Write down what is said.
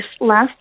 last